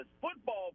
football